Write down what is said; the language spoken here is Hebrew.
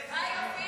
4 והוראת